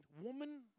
woman